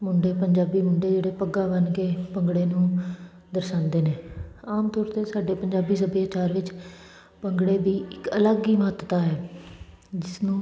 ਮੁੰਡੇ ਪੰਜਾਬੀ ਮੁੰਡੇ ਜਿਹੜੇ ਪੱਗਾਂ ਬੰਨ੍ਹ ਕੇ ਭੰਗੜੇ ਨੂੰ ਦਰਸਾਉਂਦੇ ਨੇ ਆਮ ਤੌਰ 'ਤੇ ਸਾਡੇ ਪੰਜਾਬੀ ਸਭਿਆਚਾਰ ਵਿੱਚ ਭੰਗੜੇ ਦੀ ਇੱਕ ਅਲੱਗ ਹੀ ਮਹੱਤਤਾ ਹੈ ਜਿਸਨੂੰ